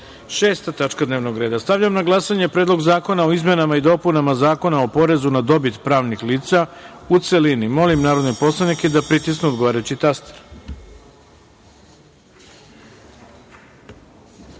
tačka dnevnog reda. Stavljam na glasanje Predlog zakona o izmenama i dopunama Zakona o porezu na dobit pravnih lica, u celini. Molim narodne poslanike da pritisnu odgovarajući